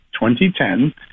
2010